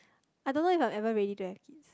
I don't know if I am ever ready to have kids